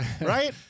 Right